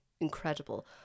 incredible